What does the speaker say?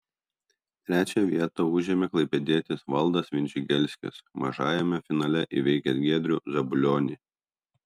trečią vietą užėmė klaipėdietis valdas vindžigelskis mažajame finale įveikęs giedrių zabulionį